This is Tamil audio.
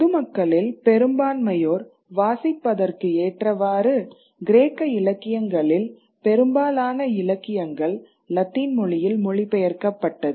பொதுமக்களில் பெரும்பான்மையோர் வாசிப்பதற்கு ஏற்றவாறு கிரேக்க இலக்கியங்களில் பெரும்பாலான இலக்கியங்கள் லத்தீன் மொழியில் மொழிபெயர்க்கப்பட்டது